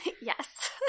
Yes